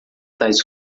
tais